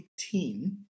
18